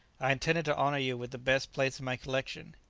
i intended to honour you with the best place in my collection.